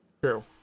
True